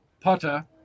Potter